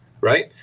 right